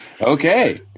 Okay